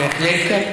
בהחלט כן.